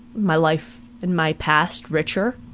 my life, and my past richer.